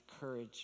courage